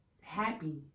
happy